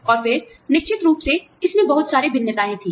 और फिर निश्चित रूप से इसमें बहुत भिन्नताएं थीं